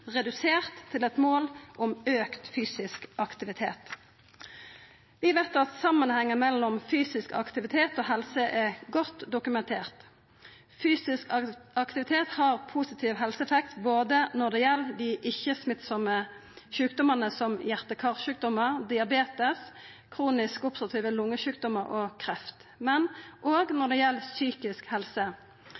redusert til eit mål om auka fysisk aktivitet. Vi veit at samanhengen mellom fysisk aktivitet og helse er godt dokumentert. Fysisk aktivitet har positiv helseeffekt både når det gjeld dei ikkje-smittsame sjukdomane som hjerte–kar-sjukdomar, diabetes, kronisk obstruktive lungesjukdomar og kreft, men òg når det gjeld psykisk helse.